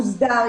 מוסדר,